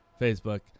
facebook